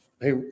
hey